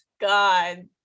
God